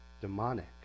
demonic